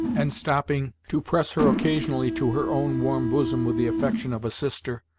and stopping to press her occasionally to her own warm bosom with the affection of a sister.